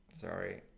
Sorry